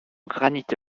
granite